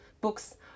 books